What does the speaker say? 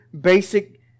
basic